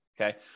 okay